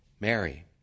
Mary